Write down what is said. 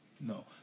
No